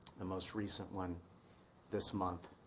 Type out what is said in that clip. the most recent one this month